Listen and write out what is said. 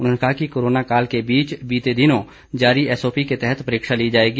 उन्होंने कहा कि कोरोना काल के बीच बीते दिनों जारी एसओपी के तहत परीक्षा ली जाएगी